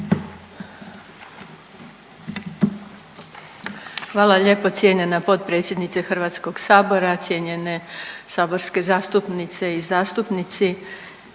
Hvala lijepo cijenjena potpredsjednice Hrvatskog sabora. Cijenjene saborske zastupnice i zastupnici,